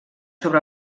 sobre